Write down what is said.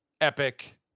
epic